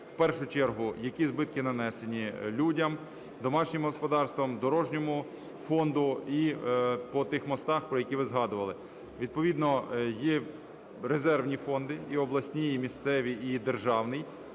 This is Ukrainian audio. в першу чергу, які збитки нанесені людям, домашнім господарствам, дорожньому фонду і по тих мостах, про які ви згадували. Відповідно є резервні фонди і обласні, і місцеві, і державний.